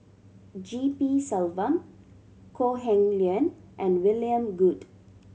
G P Selvam Kok Heng Leun and William Goode